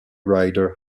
rider